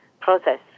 process